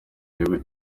gihugu